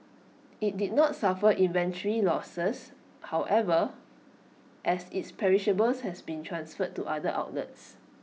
IT did not suffer inventory losses however as its perishables had been transferred to other outlets